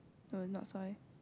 oh not soy